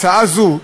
הצעה זו,